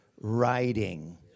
writing